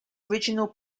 original